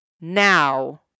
now